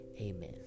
Amen